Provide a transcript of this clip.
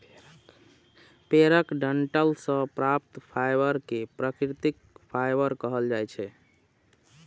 पेड़क डंठल सं प्राप्त फाइबर कें प्राकृतिक फाइबर कहल जाइ छै